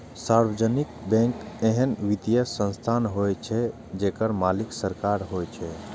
सार्वजनिक बैंक एहन वित्तीय संस्थान होइ छै, जेकर मालिक सरकार होइ छै